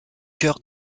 cœur